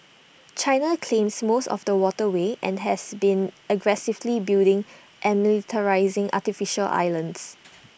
China claims most of the waterway and has been aggressively building and militarising artificial islands